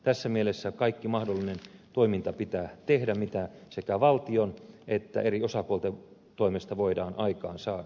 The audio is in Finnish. tässä mielessä kaikki mahdollinen toiminta pitää tehdä mitä sekä valtion että eri osapuolten toimesta voidaan aikaansaada